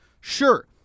Sure